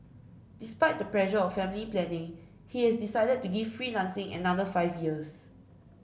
despite the pressure of family planning he has decided to give freelancing another five years